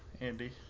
Andy